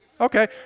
Okay